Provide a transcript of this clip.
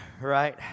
right